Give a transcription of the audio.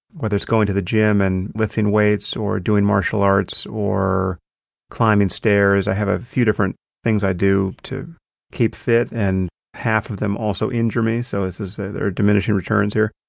whether it's going to the gym and lifting weights or doing martial arts or climbing stairs. i have a few different things i do to keep fit. and half of them also injure me, so let's say there are diminishing returns here.